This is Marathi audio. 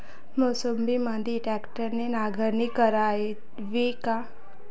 मोसंबीमंदी ट्रॅक्टरने नांगरणी करावी का?